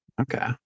okay